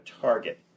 target